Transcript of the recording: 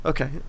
Okay